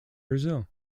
brazil